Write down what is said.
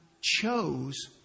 chose